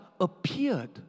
appeared